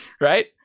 Right